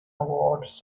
awards